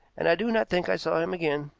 and i do not think i saw him again.